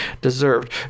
deserved